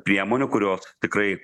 priemonių kurios tikrai